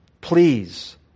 please